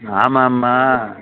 ஆமாம்மா